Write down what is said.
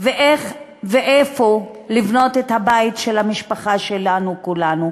ואיך ואיפה לבנות את הבית של המשפחה שלנו כולנו.